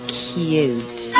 cute